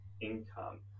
income